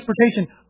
transportation